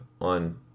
on